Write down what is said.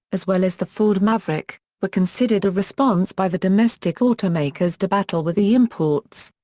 as well as the ford maverick, were considered a response by the domestic automakers to battle with the imports.